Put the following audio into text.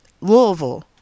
Louisville